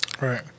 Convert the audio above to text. Right